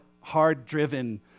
hard-driven